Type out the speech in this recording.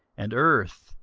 and earth,